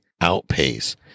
outpace